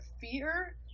fear